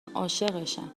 عاشقشم